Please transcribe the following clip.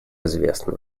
известны